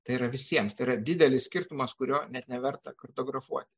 tai yra visiems tai yra didelis skirtumas kurio net neverta kartografuoti